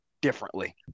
differently